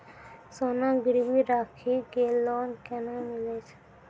सोना गिरवी राखी कऽ लोन केना मिलै छै?